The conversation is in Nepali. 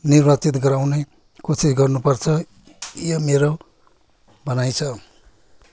निर्वाचित गराउने कोसिस गर्नुपर्छ यो मेरो भनाइ छ